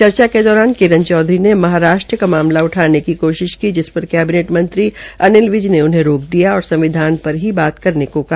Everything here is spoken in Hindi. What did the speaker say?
चर्चा के दौरान किरण चौधरी में महाराष्ट्र का मामला उठाने की कोशिश की जिस पर कैबिनेट मंत्री अनिल विज ने उन्हें रोक दिया और संविधान पर ही बात करने को कहा